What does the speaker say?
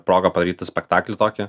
progą padaryti spektaklį tokį